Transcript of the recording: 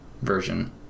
version